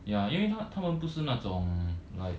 ya 因为他他们不是那种 like